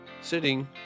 Sitting